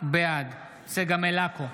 בעד צגה מלקו,